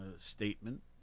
statement